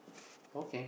okay